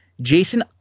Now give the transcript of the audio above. Jason